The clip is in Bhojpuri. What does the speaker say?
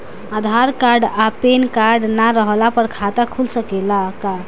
आधार कार्ड आ पेन कार्ड ना रहला पर खाता खुल सकेला का?